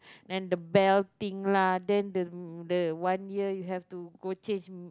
and the belt thing lah then the the one year you have to go change